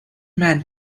man